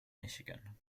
michigan